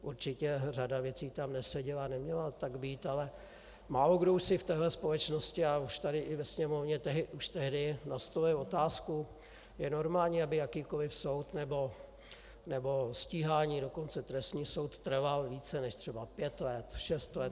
Určitě řada věcí tam neseděla a neměla tak být, ale málokdo už si v této společnosti a už tady i ve Sněmovně tehdy nastolil otázku: Je normální, aby jakýkoliv soud nebo stíhání, dokonce trestní soud trval více než třeba pět let, šest let?